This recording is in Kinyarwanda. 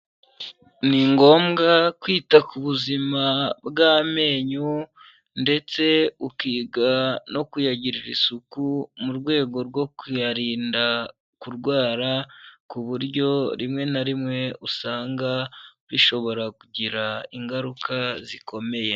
Ni ngombwa kwita ku buzima bw'amenyo ndetse ukiga no kuyagirira isuku mu rwego rwo kuyarinda kurwara, ku buryo rimwe na rimwe usanga bishobora kugira ingaruka zikomeye.